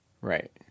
Right